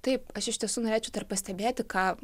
taip aš iš tiesų norėčiau pastebėti ką